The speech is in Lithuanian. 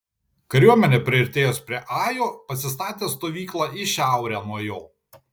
kariuomenė priartėjus prie ajo pasistatė stovyklą į šiaurę nuo jo